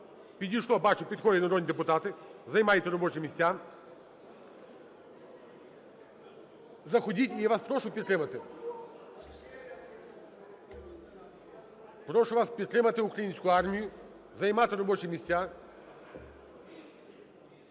підійшло… бачу, підходять народні депутати, займайте робочі місця. Заходіть, і я вас прошу підтримати. Прошу вас підтримати українську армію, займати робочі місця.